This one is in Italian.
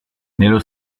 nello